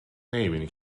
نمیبینی